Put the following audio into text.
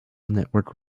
network